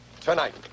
tonight